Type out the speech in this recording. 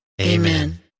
Amen